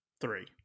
three